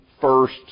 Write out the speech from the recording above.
first